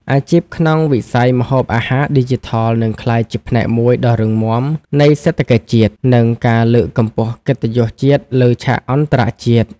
អាជីពក្នុងវិស័យម្ហូបអាហារឌីជីថលនឹងក្លាយជាផ្នែកមួយដ៏រឹងមាំនៃសេដ្ឋកិច្ចជាតិ និងការលើកកម្ពស់កិត្តិយសជាតិលើឆាកអន្តរជាតិ។